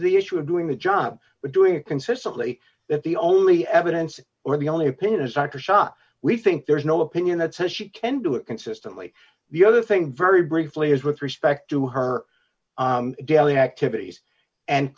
the issue of doing the job but doing it consistently that the only evidence or the only opinion is dr shah we think there is no opinion that says she can do it consistently the other thing very briefly is with respect to her daily activities and